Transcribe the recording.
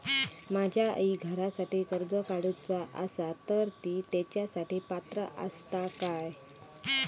माझ्या आईक घरासाठी कर्ज काढूचा असा तर ती तेच्यासाठी पात्र असात काय?